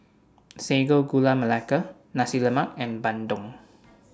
Sago Gula Melaka Nasi Lemak and Bandung